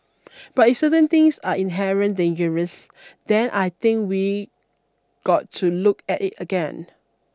but if certain things are inherent dangerous then I think we got to look at it again